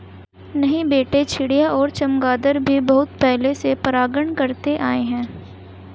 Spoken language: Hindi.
नहीं बेटे चिड़िया और चमगादर भी बहुत पहले से परागण करते आए हैं